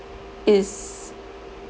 is